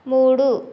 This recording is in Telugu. మూడు